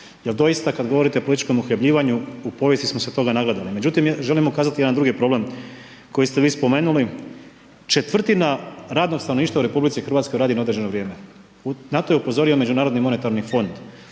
jer doista, kada govorite o političkom uhljebljivanju u povijesti smo se toga nagledali. Međutim, želim ukazati na drugi problem koji iste vi spomenuli četvrtima radnog stanovništva u RH radi na određeno vrijeme. Na to je upozorio Međunarodni monetarni fond.